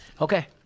Okay